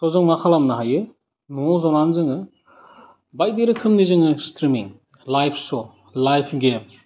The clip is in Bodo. स' जों मा खालामनो हायो न'आव जनानै जोङो बायदि रोखोमनि जोङो streaming live show live game